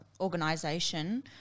organization